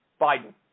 biden